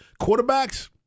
quarterbacks